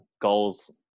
goals